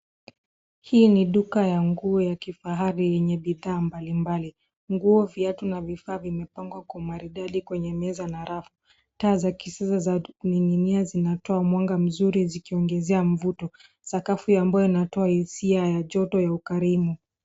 Hii ni duka ya nguo ya kifahari yenye bidhaa mbali mbali. Nguo viatu na vifaa vimepangwa kwa maridadi kwenye meza na rafu. Taa za kisasa za kuninginia zinatoa mwanga mzuri zikiongezea mvuto. Sakafu ya mbao inatoa hisia ya joto ya ukarimu.